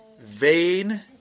vain